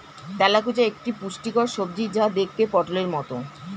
তেলাকুচা একটি পুষ্টিকর সবজি যা দেখতে পটোলের মতো